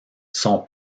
son